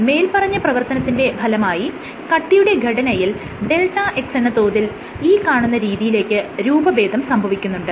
മേല്പറഞ്ഞ പ്രവർത്തനത്തിന്റെ ഫലമായി കട്ടിയുടെ ഘടനയിൽ Δx എന്ന തോതിൽ ഈ കാണുന്ന രീതിയിലേക്ക് രൂപഭേദം സംഭവിക്കുന്നുണ്ട്